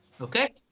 Okay